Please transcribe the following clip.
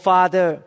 Father